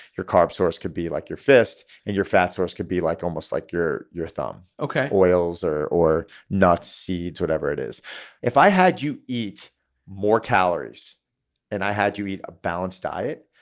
your carb source could be like your fist and your fat source could be like almost like your your thumb. oils or or nuts, seeds, whatever it is if i had you eat more calories and i had you eat a balanced diet,